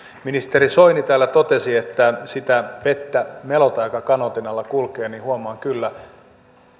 ministeri soini täällä totesi että sitä vettä melotaan joka kanootin alla kulkee niin huomaa kyllä